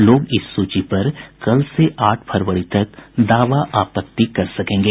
लोग इस सूची पर कल से आठ फरवरी तक दावा आपत्ति कर सकेंगे